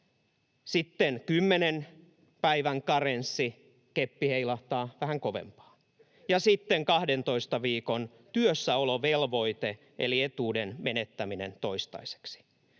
kymmenen päivän karenssi — keppi heilahtaa vähän kovempaa, ja sitten 12 viikon työssäolovelvoite, eli etuuden menettäminen toistaiseksi.